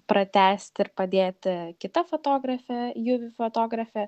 pratęsti ir padėti kita fotografė juvi fotografė